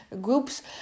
groups